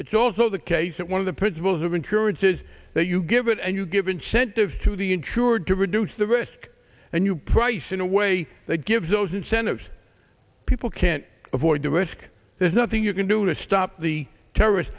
it's also the case that one of the principles of insurance is that you give in and you give incentives to the insured to reduce the risk and you price in a way that gives those incentives people can't avoid the risk there's nothing you can do to stop the terrorists